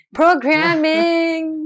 programming